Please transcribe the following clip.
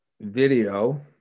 video